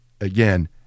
again